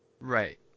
right